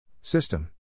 System